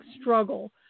struggle